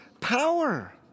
power